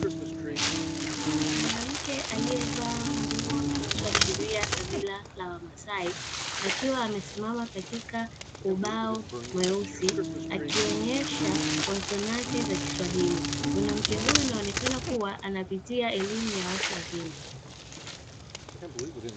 Mwanamke aliyevaa nguo zinazoashiria kabila la wamasai; akiwa amesimama katika ubao mweusi, akionyesha konsonati za kiswahili. Mwanamke huyu inaonekana kuwa anapitia elimu ya watu wazima.